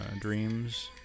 Dreams